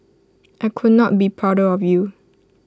I could not be prouder of you